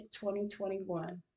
2021